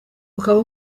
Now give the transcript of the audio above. ukaba